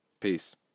Peace